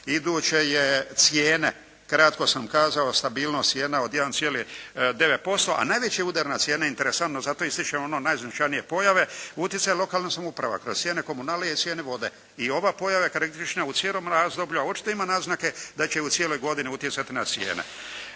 Iduće je cijene, kratko sam kazao stabilnost cijena od 1,9% a najveći udar na cijene interesantno, zato ističem one najznačajnije pojave, utjecaj lokalna samouprava kroz cijene komunalija i cijene vode. I ova pojava karakteristična je u cijelom razdoblju, a očito ima naznake da će u cijeloj godini utjecati na cijene.